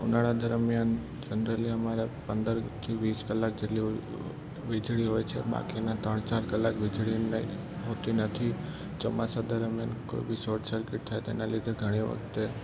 ઉનાળા દરમિયાન જનરલી અમારા પંદરથી વીસ કલાક જેટલી વીજળી હોય છે બાકીના ત્રણ ચાર કલાક વીજળી નથી હોતી નથી ચોમાસા દરમિયાન કોઈ બી શોર્ટ સર્કિટ થાય તેના લીધે ઘણી વખતે